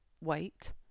wait